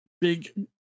big